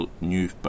new